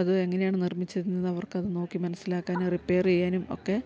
അത് എങ്ങനെയാണ് നിർമ്മിച്ചതെന്നവർക്കത് നോക്കി മനസ്സിലാക്കാനും റിപ്പെയർ ചെയ്യാനും ഒക്കെ